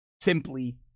simply